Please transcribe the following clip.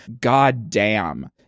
goddamn